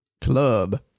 club